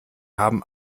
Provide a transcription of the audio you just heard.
haben